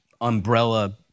umbrella